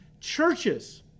churches